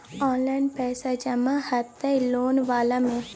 Online पैसा जमा हते लोन वाला में?